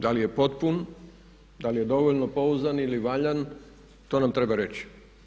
Da li je potpun, da li je dovoljno pouzdan ili valjan to nam treba reći.